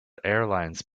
airlines